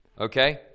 Okay